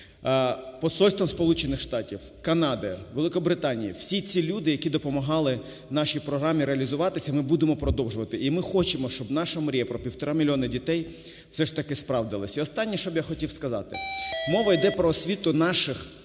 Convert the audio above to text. Штатів, Канади, Великобританії. Всі ці люди, які допомагали нашій програмі реалізуватися. Ми будемо продовжувати. І ми хочемо, щоб наша мрія про 1,5 мільйони дітей все ж таки справдилась. І останнє, що я б хотів сказати. Мова йде про освіту наших